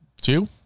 Two